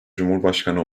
cumhurbaşkanı